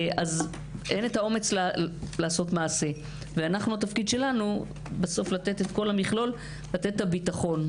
אין את האומץ לעשות מעשה והתפקיד שלנו הוא לתת את הביטחון הזה.